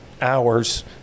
hours